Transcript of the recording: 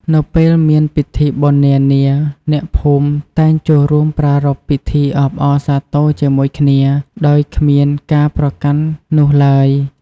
នៅពេលមានពិធីបុណ្យនានា អ្នកភូមិតែងចូលរួមប្រារព្ធពិធីអបអរសាទរជាមួយគ្នា ដោយគ្មានការប្រកាន់នោះឡើយ។